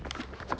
um